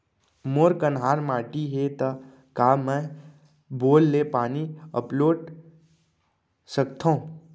मोर कन्हार माटी हे, त का मैं बोर ले पानी अपलोड सकथव?